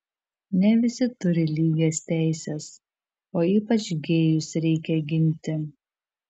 ne visi turi lygias teises o ypač gėjus reikia ginti